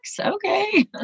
Okay